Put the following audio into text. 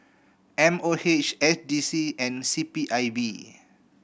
M O H S D C and C P I B